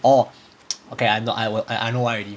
oh okay I know 我 I know I know why already